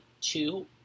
two